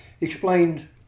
explained